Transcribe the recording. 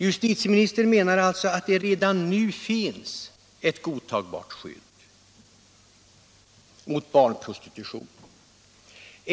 Justitieministern menar alltså att det redan nu finns ett godtagbart skydd mot barnprostitution.